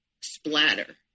splatter